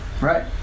Right